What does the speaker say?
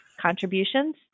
contributions